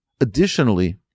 Additionally